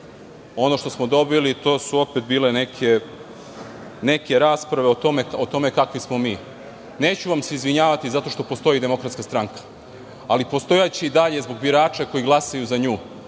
Ono što smo dobili, to su opet bile neke rasprave o tome kakvi smo mi. Neću vam se izvinjavati zato što postoji DS, ali postojaće i dalje zbog birača koji glasaju za nju.